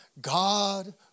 God